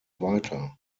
weiter